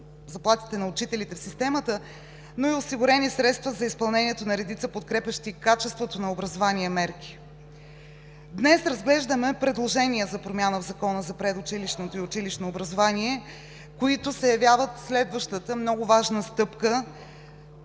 заплатите на учителите в системата, но и осигурени средства за изпълнението на редица подкрепящи качеството на образование мерки. Днес разглеждаме предложения за промяна в Закона за предучилищното и училищното образование, които се явяват следващата много важна стъпка